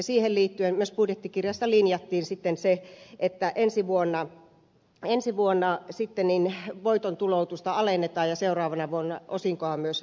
siihen liittyen myös budjettikirjassa linjattiin sitten se että ensi vuonna voiton tuloutusta alennetaan ja seuraavana vuonna osinkoa myös alennetaan